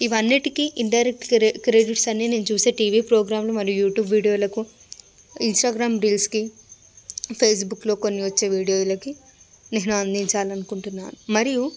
ఇవన్నింటికీ indirect cre credits అన్నీ నేను చూసే టీవీ ప్రోగ్రాంలు మరియు యూట్యూబ్ వీడియోలకు ఇన్స్టాగ్రామ్ రీల్స్కి ఫేస్బుక్లో కొన్ని వచ్చే వీడియోలకి నేను అందించాలనుకుంటున్నాను మరియు